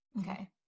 Okay